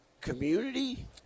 community